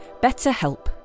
BetterHelp